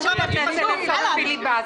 שומעים אותך אומר שהיא אמרה משהו חשוב,